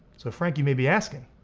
so frank, you may be asking,